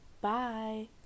bye